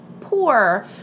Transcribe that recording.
poor